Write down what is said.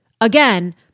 Again